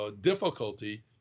difficulty